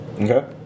Okay